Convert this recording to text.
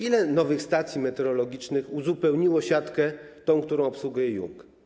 Ile nowych stacji meteorologicznych uzupełniło siatkę, którą obsługuje IUNG?